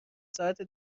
ساعت